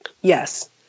Yes